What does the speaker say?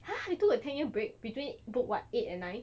!huh! he took a ten year break between book what eight and nine